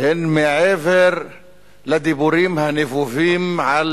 הן מעבר לדיבורים הנבובים על